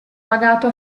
pagato